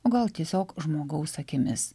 o gal tiesiog žmogaus akimis